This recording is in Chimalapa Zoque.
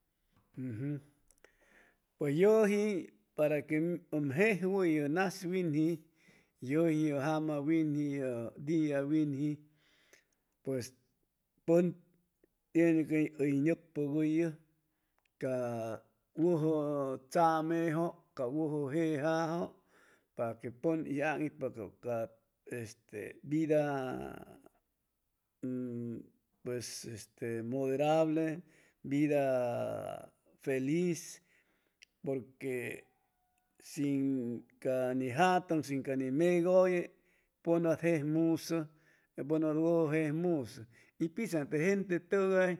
pues yuji para que um jejewu yu nas winji yuji ye jama winji yu dia winji pues pun tiene que uy nucpu guyu ca wuju tsameju cab wuju jejaju para que pun uy ang' itpa cab ca este vida pues este muderable vida feliz porque sin ca nijatun ca ni megulle pun wa jejmusu u pun wa wuju jejmusu y pitsaan te gente tugay